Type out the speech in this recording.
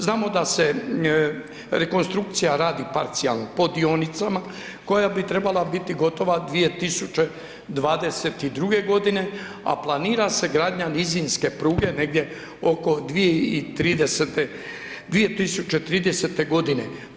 Znamo da se rekonstrukcija radi parcijalno, po dionicama, koja bi trebala biti gotova 2022. godine, a planira se gradnja nizinske pruge, negdje oko 2030. godine.